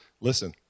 listen